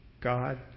God